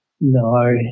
No